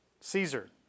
Caesar